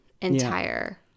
entire